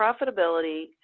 profitability